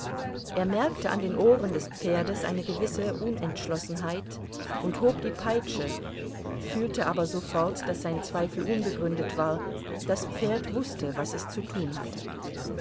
er merkte an den ohren des pferdes eine gewisse unentschlossenheit und hob die peitsche fühlte aber sofort daß sein zweifel unbegründet war das pferd wußte was es zu tun hatte